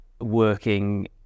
working